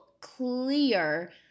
clear